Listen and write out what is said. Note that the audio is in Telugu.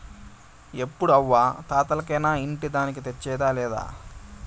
ఎప్పుడూ అవ్వా తాతలకేనా ఇంటి దానికి తెచ్చేదా లేదా